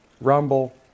Rumble